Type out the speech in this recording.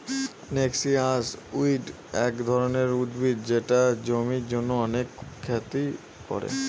noxious weed এক ধরনের উদ্ভিদ যেটা জমির জন্য অনেক ক্ষতি করে